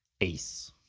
Ace